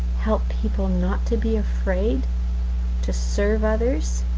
help people not to be afraid to serve others,